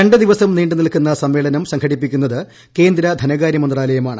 രണ്ട് ദിവസം നീണ്ടുനിൽക്കുന്ന സമ്മേളനം സംഘടിപ്പിക്കുന്നത് കേന്ദ്ര ധനകാര്യമന്ത്രാലയമാണ്